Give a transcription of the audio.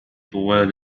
طوال